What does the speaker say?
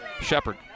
Shepard